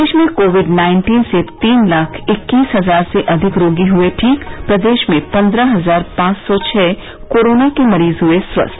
देश में covid nineteen से तीन लाख इक्कीस हजार से अधिक रोगी हुए ठीक प्रदेश में पन्द्रह हजार पांच सौ छः कोरोना के मरीज हुए स्वस्थ